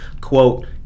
quote